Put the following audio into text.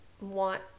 want